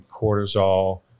cortisol